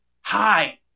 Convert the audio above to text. hi